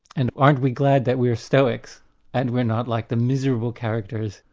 and aren't we glad that we're stoics and we're not like the miserable characters,